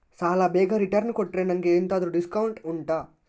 ಸಾಲ ಬೇಗ ರಿಟರ್ನ್ ಕೊಟ್ರೆ ನನಗೆ ಎಂತಾದ್ರೂ ಡಿಸ್ಕೌಂಟ್ ಉಂಟಾ